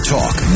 Talk